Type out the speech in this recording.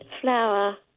flower